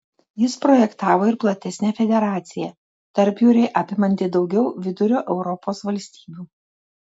jis projektavo ir platesnę federaciją tarpjūrį apimantį daugiau vidurio europos valstybių